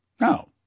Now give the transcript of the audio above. No